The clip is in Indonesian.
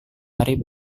hari